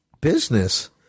business